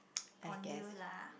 on you lah